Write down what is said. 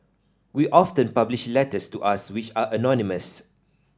we often publish letters to us which are anonymous